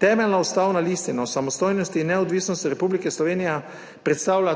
Temeljna ustavna listina o samostojnosti in neodvisnosti Republike Slovenije predstavlja